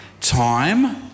time